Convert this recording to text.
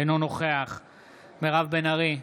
אינו נוכח מירב בן ארי,